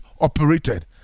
operated